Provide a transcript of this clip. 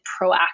proactive